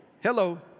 Hello